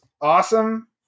awesome